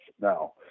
now